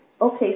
Okay